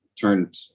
turned